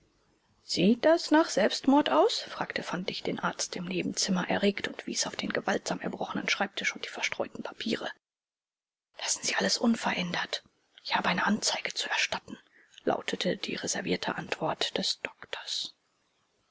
sieht das nach selbstmord aus fragte fantig den arzt im nebenzimmer erregt und wies auf den gewaltsam erbrochenen schreibtisch und die verstreuten papiere lassen sie alles unverändert ich habe eine anzeige zu erstatten lautete die reservierte antwort des doktors